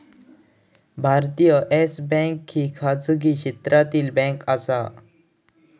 भारतात Yes Bank ही खाजगी क्षेत्रातली बँक आसा